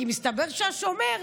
כי מסתבר שהשומר,